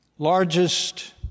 largest